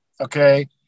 okay